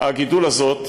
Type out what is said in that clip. הגידול הזאת,